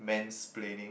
mansplaining